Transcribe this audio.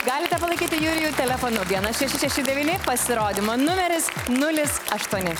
galite palaikyti jurijų telefonu vienas šeši šeši devyni pasirodymo numeris nulis aštuoni